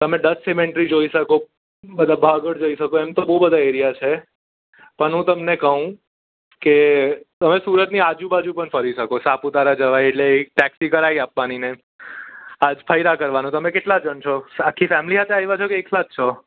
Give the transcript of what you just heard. તમે Dutch cemetery જોઈ શકો બધા ભાગોળ જોઈ શકો એમ તો બહુ બધા એરિયા છે પણ હું તમને કહું કે તમે સુરતની આજુબાજુ પણ ફરી શકો સાપુતારા જવાય એટલે એક ટેક્સી કરાવી આપવાની ને આજ ફર્યા કરવાનું તમે કેટલા જણ છો આખી ફેમલી સાથે આવ્યા છો કે એકલા જ છો